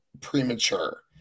premature